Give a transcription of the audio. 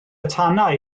tanau